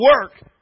work